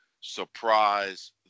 surprise